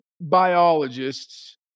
biologists